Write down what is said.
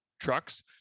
trucks